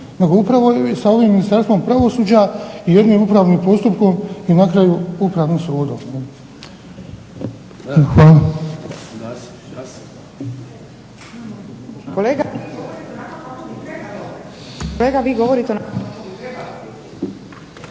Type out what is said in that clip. upravo sa ovim Ministarstvom pravosuđa i jednim upravnim postupkom i na kraju Upravnim sudom. Hvala.